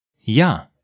Ja